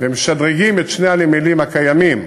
ומשדרגים את שני הנמלים הקיימים,